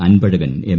Anbazhagan M